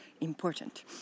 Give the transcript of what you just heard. important